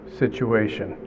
situation